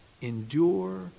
endure